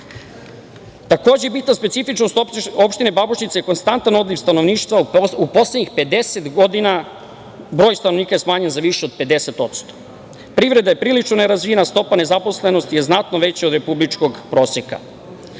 bitna specifičnost Opštine Babušnice je konstantan odliv stanovništva, u poslednjih 50 godina broj stanovnika je smanjen za više od 50%. Privreda je prilično nerazvijena, stopa nezaposlenosti je znatno veća od republičkog proseka.U